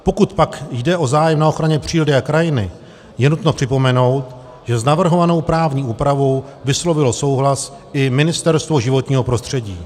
Pokud pak jde o zájem na ochraně přírody a krajiny, je nutno připomenout, že s navrhovanou právní úpravou vyslovilo souhlas i Ministerstvo životního prostředí.